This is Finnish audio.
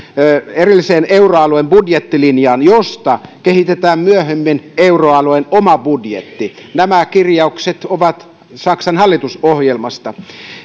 erilliseen euroalueen budjettilinjaan josta kehitetään myöhemmin euroalueen oma budjetti nämä kirjaukset ovat saksan hallitusohjelmasta